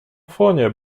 фоне